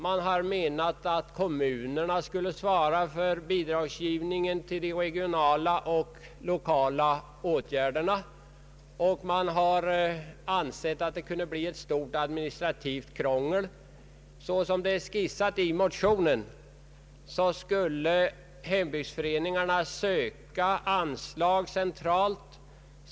De har menat att kommunerna bör svara för bidragsgivningen för regionala och lokala åtgärder, och de har ansett att det kan bli fråga om ett stort administrativt krångel. Så som det är skisserat i motionen skulle hembygdsföreningarna söka anslag centralt.